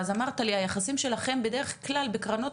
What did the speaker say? ואז אמרת לי היחסים שלכם בדרך כלל בקרנות